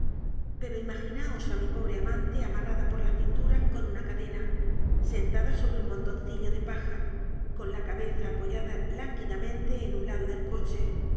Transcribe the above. pero imaginóos a mi pobre amante amarrada por la cintura con una cadena sentada sobre un montoncillo de paja con la cabeza apoyada lánguida mente en un lado del coche